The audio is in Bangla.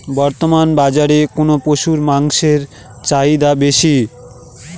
বর্তমান বাজারে কোন পশুর মাংসের চাহিদা বেশি?